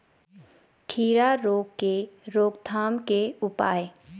खीरा रोग के रोकथाम के उपाय?